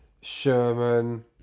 Sherman